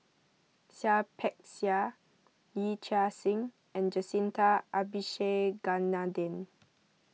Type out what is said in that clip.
Seah Peck Seah Yee Chia Hsing and Jacintha Abisheganaden